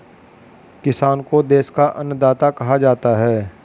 किसान को देश का अन्नदाता कहा जाता है